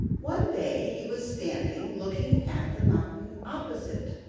one day he was standing looking at the mountain opposite,